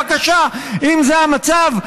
בבקשה, אם זה המצב.